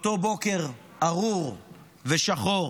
באותו בוקר ארור ושחור,